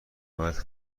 باید